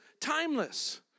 timeless